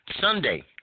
Sunday